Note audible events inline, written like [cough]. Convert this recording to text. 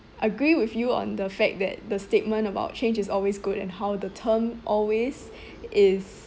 agree with you on the fact that the statement about change is always good and how the term always [breath] is